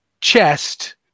chest